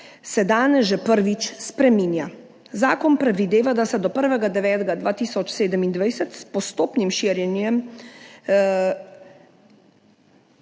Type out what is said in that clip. se danes že prvič spreminja. Zakon predvideva, da se do 1. 9. 2027 s postopnim širjenjem